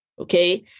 okay